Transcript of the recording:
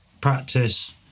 practice